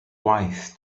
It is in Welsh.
gwaith